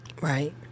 Right